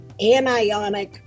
anionic